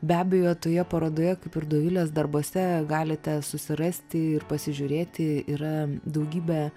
be abejo toje parodoje kaip ir dovilės darbuose galite susirasti ir pasižiūrėti yra daugybė